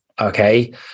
okay